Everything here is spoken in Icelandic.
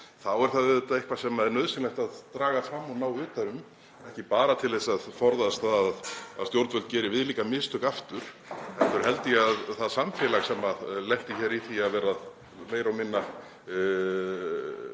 auðvitað eitthvað sem er nauðsynlegt að draga fram og ná utan um, ekki bara til að forðast að stjórnvöld geri viðlíka mistök aftur heldur held ég að það samfélag sem lenti hér í því að vera meira og minna